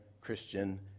Christian